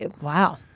Wow